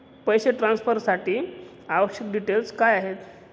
पैसे ट्रान्सफरसाठी आवश्यक डिटेल्स काय आहेत?